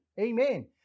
Amen